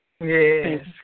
Yes